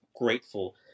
grateful